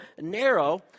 narrow